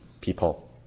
people